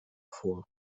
vor